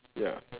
ya